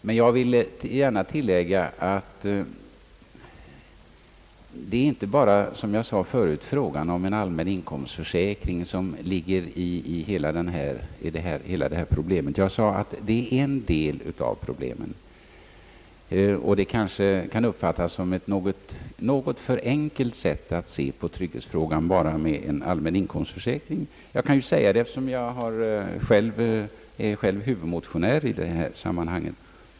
Men jag vill gärna tillägga att detta problem — såsom jag sade förut—inte bara rymmer frågan om en allmän inkomstförsäkring. Jag yttrade att försäkringen är en del av problematiken. Möjligen kan det uppfattas som ett något för enkelt sätt att se på trygghetsfrågan när man bara talar om en allmän inkomstförsäkring — jag kan ju säga det eftersom jag själv är huvudmotionär i detta sammanhang.